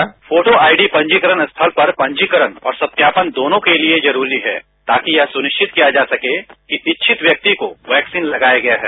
उत्तर छोटो आईडी पंजीकरण स्थल पर पंजीकरण और सत्यापन दोनों के लिए जरूरी है ताकि यह चुनिस्वत किया जा सके कि इच्छित व्यक्ति को वैक्सीन लगाया गया है